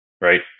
right